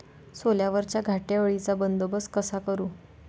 सोल्यावरच्या घाटे अळीचा बंदोबस्त कसा करू?